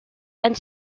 and